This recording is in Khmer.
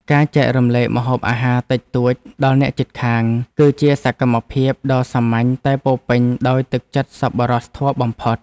ការចែករំលែកម្ហូបអាហារតិចតួចដល់អ្នកជិតខាង គឺជាសកម្មភាពដ៏សាមញ្ញតែពោរពេញដោយទឹកចិត្តសប្បុរសធម៌បំផុត។